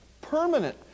Permanent